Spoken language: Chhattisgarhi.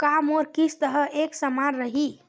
का मोर किस्त ह एक समान रही?